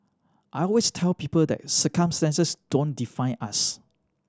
I always tell people that circumstances don't define us